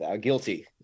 Guilty